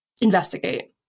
investigate